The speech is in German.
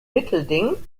mittelding